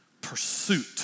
pursuit